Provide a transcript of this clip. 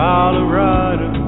Colorado